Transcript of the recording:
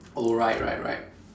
oh right right right